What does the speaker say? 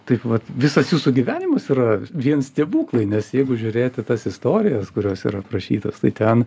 taip vat visas jūsų gyvenimas yra vien stebuklai nes jeigu žiūrėti tas istorijas kurios yra aprašytos tai ten